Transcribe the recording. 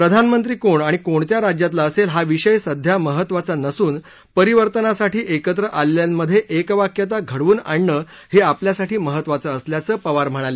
प्रधानमंत्री कोण आणि कोणत्या राज्यातला असेल हा विषय सध्या महत्त्वाचा नसून परिवर्तनासाठी एकत्र आलेल्यांमध्ये एकवाक्यता घडवून आणणं हे आपल्यासाठी महत्त्वाचं असल्याचं पवार म्हणाले